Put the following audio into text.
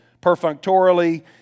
perfunctorily